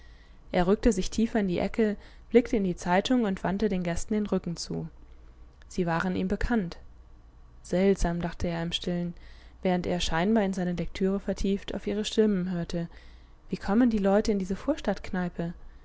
er rückte sich tiefer in die ecke blickte in die zeitung und wandte den gästen den rücken zu sie waren ihm bekannt seltsam dachte er im stillen während er scheinbar in seine lektüre vertieft auf ihre stimmen hörte wie kommen die leute in diese